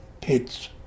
pits